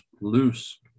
loose